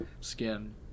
skin